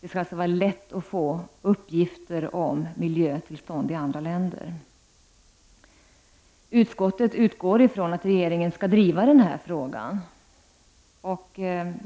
dvs. det skall vara lätt att få uppgifter om miljöns tillstånd i andra länder. Utskottet utgår ifrån att regeringen skall driva den frågan.